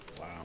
Wow